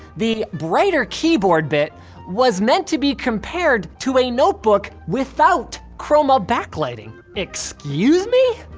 the brighter keyboard bit was meant to be compared to a notebook without chroma backlighting excuse me?